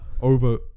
Over